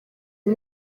uyu